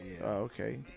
Okay